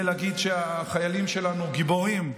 אני רוצה להגיד שהחיילים שלנו גיבורים,